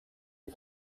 die